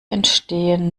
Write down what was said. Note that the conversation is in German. entstehen